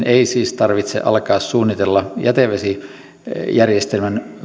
ei siis tarvitse alkaa suunnitella jätevesijärjestelmän